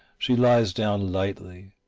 she lies down lightly,